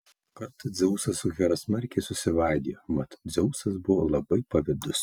kartą dzeusas su hera smarkiai susivaidijo mat dzeusas buvo labai pavydus